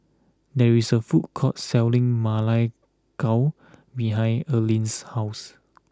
there is a food court selling Ma Lai Gao behind Earlean's house